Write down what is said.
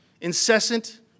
incessant